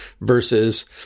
versus